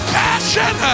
passion